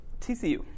TCU